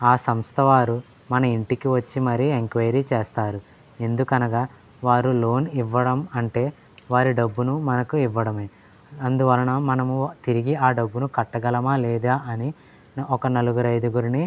ఆ సంస్థ వారు మన ఇంటికి వచ్చి మరీ ఎంక్వయిరీ చేస్తారు ఎందుకనగా వారు లోన్ ఇవ్వడం అంటే వారి డబ్బును మనకు ఇవ్వడమే అందువలన మనము తిరిగి ఆ డబ్బును కట్టగలమా లేదా అని ఒక నలుగురైదుగురిని